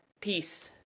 peace